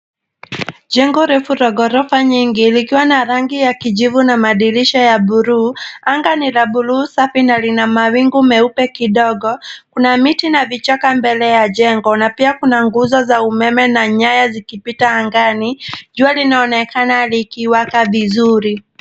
Jengo refu la ghorofa nyingi likiwa na rangi la kijivu na madirisha buluu. Anga ni la buluu safi na lina mawingu leupe kidogo. Kuna miti na vichaka mbele ya jengo na pia kuna nguzo za umeme na nyaya zikipita angani. Jua linaonekana likiwaka vizuri.